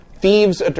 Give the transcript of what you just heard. Thieves